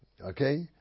Okay